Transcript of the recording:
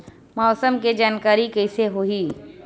मौसम के जानकारी कइसे होही?